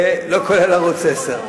לא כולל ערוץ-10.